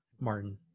martin